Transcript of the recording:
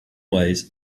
ways